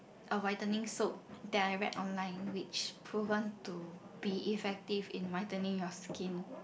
a whitening soap that I read online which proven to be effective in whitening your skin